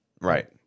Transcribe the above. Right